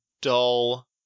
dull